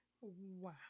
Wow